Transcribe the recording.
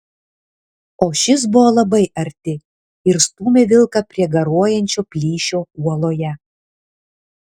o šis buvo labai arti ir stūmė vilką prie garuojančio plyšio uoloje